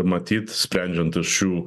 matyt sprendžiant šių